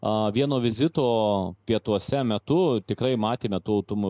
a vieno vizito pietuose metu tikrai matėme tų autumu